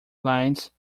lines